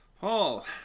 Paul